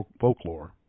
folklore